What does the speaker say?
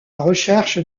recherche